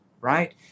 right